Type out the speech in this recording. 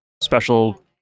special